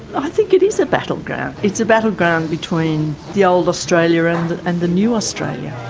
i think it is a battleground. it's a battleground between the old australia and and the new australia.